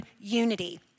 unity